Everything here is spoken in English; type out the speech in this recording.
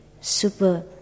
super